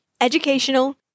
educational